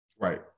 Right